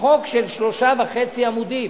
חוק של שלושה וחצי עמודים,